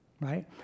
right